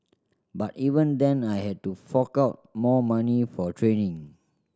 but even then I had to fork out more money for training